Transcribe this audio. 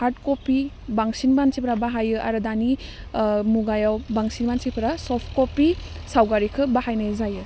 hard copy बांसिन मानसिफ्रा बाहायो आरो दानि ओह मुगायाव बांसिन मानसिफ्रा सब कपि सावगारिखो बाहायनाय जायो